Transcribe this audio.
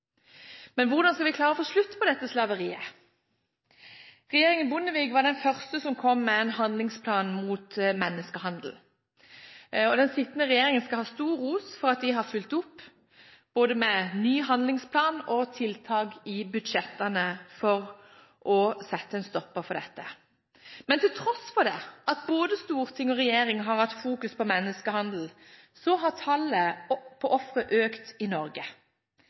Men hvordan skal vi klare å få slutt på dette slaveriet? Regjeringen Bondevik var den første som kom med en handlingsplan mot menneskehandel, og den sittende regjeringen skal ha stor ros for at de har fulgt opp med både ny handlingsplan og tiltak i budsjettene for å sette en stopper for dette. Men til tross for at både storting og regjering har hatt fokus på menneskehandel, har tallet på ofre økt i Norge,